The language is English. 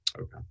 Okay